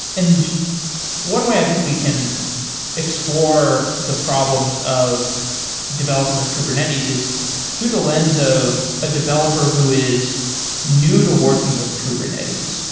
and one way i think we can explore the problems of developing with kubernetes is through the lens of a developer who is new to working with kubernetes.